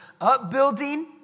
upbuilding